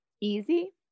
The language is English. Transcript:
easy